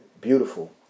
beautiful